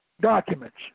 documents